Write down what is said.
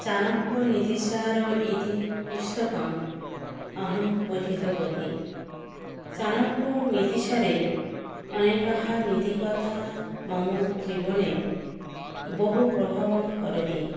चाणक्यनीतिसारः इति पुस्तकम् अहं पठितवती चाणक्यनीतिसारे अनेकाः नीतिकथाः मम जीवने बहुप्रभावं करोति